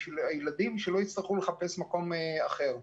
כדי שהילדים לא יצטרכו לחפש מקום אחר.